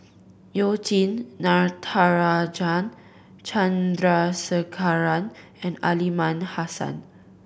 You Jin Natarajan Chandrasekaran and Aliman Hassan